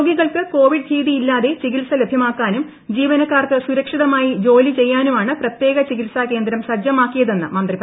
രോഗികൾക്ക് കോവിഡ് ഭീതിയില്ലാതെ ചികിത്സ ലഭ്യമാക്കാനും ജീവനക്കാർക്ക് സുരക്ഷിതമായി ജോലി ചെയ്യാനുമാണ് പ്രത്യേക ചികിത്സാകേന്ദ്രം സജ്ജമാക്കിയതെന്ന് മന്ത്രി കെ